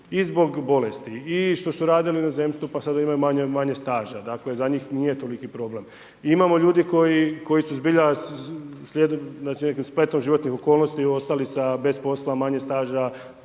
i zbog bolesti i što su radili u inozemstvu pa sada imaju manje staža, za njih nije toliki problem. imamo ljude koji su spletom životnih okolnosti ostali bez posla, manje staža,